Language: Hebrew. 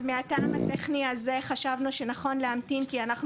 אז מהטעם הטכני הזה חשבנו שנכון להמתין כי אנחנו